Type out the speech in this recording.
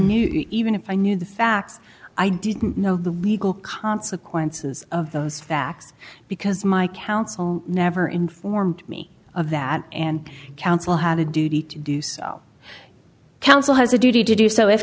knew even if i knew the facts i didn't know the legal consequences of those facts because my counsel never informed me of that and council have a duty to do so council has a duty to do so if